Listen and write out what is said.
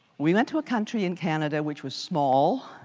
we went to a country in canada which was small,